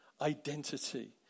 identity